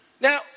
now